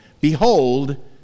Behold